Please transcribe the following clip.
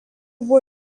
buvo